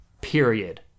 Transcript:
Period